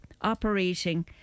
operating